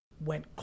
went